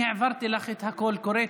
אני העברתי לך את הקול קורא,